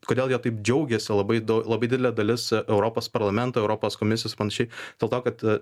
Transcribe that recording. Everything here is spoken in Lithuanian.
kodėl jie taip džiaugėsi labai dau labai didelė dalis europos parlamento europos komisijos panašiai dėl to kad